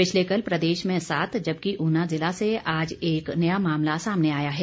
पिछले कल प्रदेश में सात जबकि ऊना ज़िला से आज एक नया मामला सामने आया है